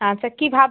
আচ্ছা কী ভাব